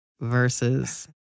versus